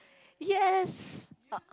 yes